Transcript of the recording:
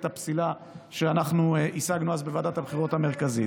הפסילה שאנחנו השגנו אז בוועדת הבחירות המרכזית.